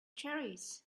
cherries